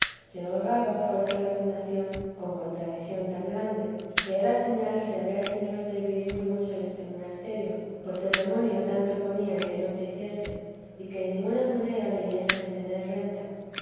holgaba fuese la fundación con contradición tan grande que era señal se había el señor de servir muy mucho en este monasterio pues el demonio tanto ponía en que no se hiciese y que en ninguna manera viniese en tener renta